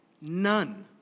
None